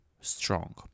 strong